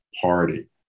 Party